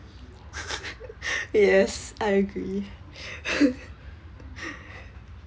yes I agree